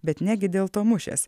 bet negi dėl to mušės